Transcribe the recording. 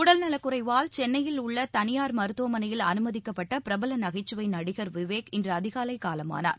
உடலநலக்குறைவால் சென்னையில் உள்ள தனியார் மருத்துவமனையில் அனுமதிக்கப்பட்ட பிரபல நகைச்சுவை நடிகர் விவேக் இன்று அதிகாலை காலமானார்